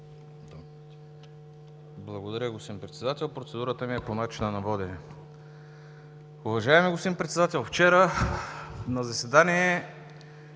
Благодаря Ви, господин Председател. Процедурата ми е по начина на водене. Уважаеми господин Председател, вчера на заседанието